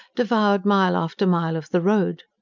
devoured mile after mile of the road.